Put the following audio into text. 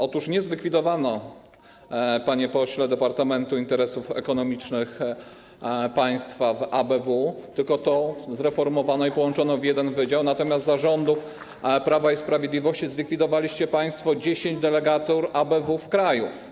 Otóż nie zlikwidowano, panie pośle, Departamentu Ochrony Interesów Ekonomicznych Państwa w ABW, tylko zreformowano i połączono w jeden wydział, natomiast za rządów Prawa i Sprawiedliwości zlikwidowaliście państwo 10 delegatur ABW w kraju.